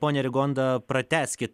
ponia rigonda pratęskit